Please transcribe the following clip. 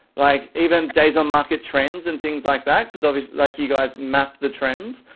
like even days on market trends and things like that because because like you guys map the trends.